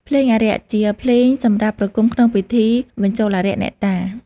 ភ្លេងអារក្ស ជាភ្លេងសម្រាប់ប្រគំក្នុងពិធីបញ្ចូលអារក្ស អ្នកតា។